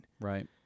Right